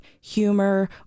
humor